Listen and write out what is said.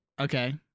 Okay